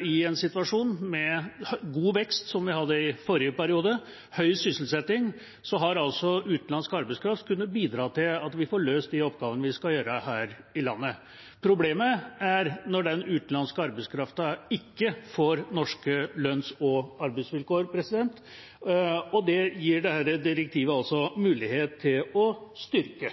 i en situasjon med god vekst – som vi hadde i forrige periode, med høy sysselsetting – at utenlandsk arbeidskraft har kunnet bidra til at vi får løst de oppgavene vi skal gjøre her i landet. Problemet er når den utenlandske arbeidskrafta ikke får norske lønns- og arbeidsvilkår. Det gir dette direktivet mulighet til å styrke.